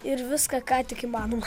ir viską ką tik įmanoma